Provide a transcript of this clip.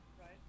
Right